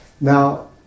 Now